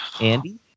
Andy